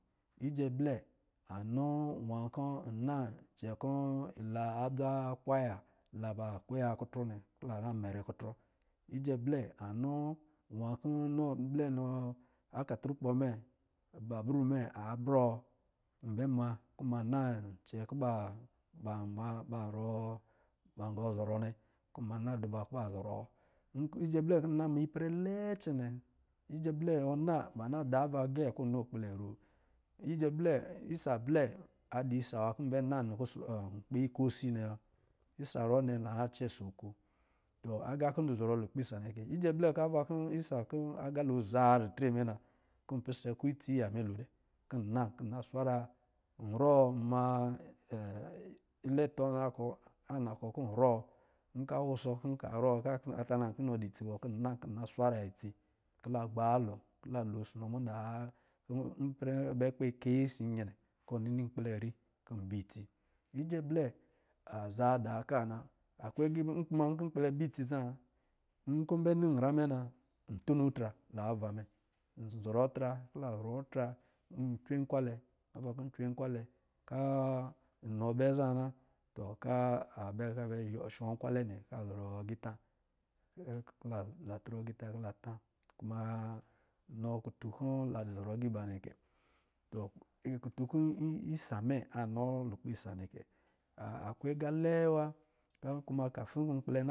Ijɛ blɛ anɔ nwa kɔ̄ na cɛ kɔ̄ adza kwaya la ba kwaya kuto nnɛ kɔ̄ la na mɛrɛ kukɔ blɛ anɔ nwa kɔ̄ akatrukpomɛ abrɔ kɔ̄ nbɛ ma na icɛ kɔ̄ ban gɔɔ zɔrɔ nnɛ kɔ̄ nna na dɔ bɔ kɔ̄ ba zɔrɔ yɛ blɛkɔ̄ nna ma ipɛrɛ lɛ cɛnɛ, ijɛ blɛ ba na da ava gɛ kɔ̄ nini akpckɔ. Ijɛ blɛ isa blɛ a dɔ̄ isa nwa nkpi kosi nnɛ wa isa ruwɔ nnɛ ka na cɛ si oko, aga kɔ̄ dɔ̄ zɔrɔ lukpɛ isa nnɛ kɛ na ata kɔ̄ isa kɔ̄ agalo za ritre me na kɔ̄ npɛsɛ itsi yamɛ dɛ kɔ̄ na nkɔ̄ nna swara, irɔ, nma idre to lukɔ kɔ̄ nor- nkɔ̄ awɔsɔ kɔ̄ nka rɔ ka tana kɔ̄ inɔ dɔ̄ itsi kɔ̄ na swara kɔ̄ la lo nsɔ̄ yani. Ipɛrɛ na kpɛ kɛyi ɔsɔ̄ nyɛnɛ nini kɔ̄ nkpɛlɛ ri kɔ̄ nbɛ itsi ijɛ blɛ aza da ka na akwe aga, nkuma nkɔ̄ nkpa bɛ itsi zaa nkɔ nbɛ ni ra mɛ na ntuno atra nanven nɛ nzɔrɔ atra kɔ̄ cwe nkwalɛ ava kɔ̄ ncwe nkwalɛ nkɔ̄ nɔ bɛ za na tɔ kɔ̄ nɔ shɔ nkwadz nnɛ kɔa zɔrɔ igita. Kɔ̄ la trɔ agita kɔ̄ la ta, nɔ kati kɔ̄ la dɔ̄ zɔrɔ agā iba nne kɛ kutu kɔ̄ isa mɛ a nɔ lukpɛ isa nnɛ ke.